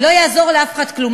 לא יעזור לאף אחד כלום,